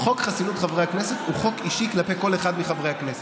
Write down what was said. חוק חסינות חברי הכנסת הוא חוק אישי כלפי כל אחד מחברי הכנסת.